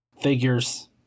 Figures